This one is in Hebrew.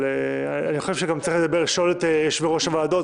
אבל אני חושב שצריך גם לשאול את יושבי-ראש הוועדות,